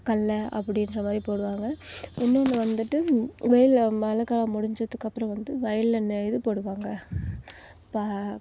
கடலை அப்படின்ற மாதிரி போடுவாங்க இன்னொன்று வந்துட்டு வெயிலில் மழை காலம் முடிஞ்சதுக்கப்புறம் வந்து வயலில் நெ இது போடுவாங்க பா